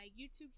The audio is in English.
YouTube